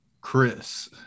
Chris